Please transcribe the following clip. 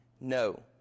No